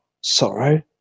sorrow